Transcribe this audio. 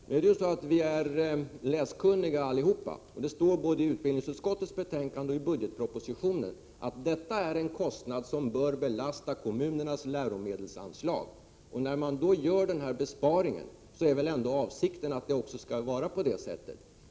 Fru talman! Nu är det ju så att vi allihop är läskunniga, och det står både i utbildningsutskottets betänkande och i budgetpropositionen att detta är en kostnad som bör belasta kommunernas läromedelsanslag. När man då gör denna besparing är väl ändå avsikten att det också skall vara på det sättet?